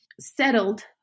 settled